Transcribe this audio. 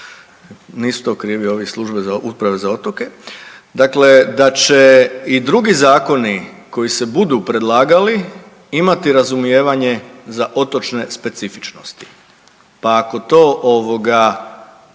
nisu to krivi ovi iz službe, uprave za otoke. Dakle, da će i drugi zakoni koji se budu predlagali imati razumijevanje za otočne specifičnosti. Pa ako to ovoga